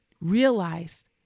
realized